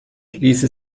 ließe